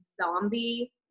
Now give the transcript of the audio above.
zombie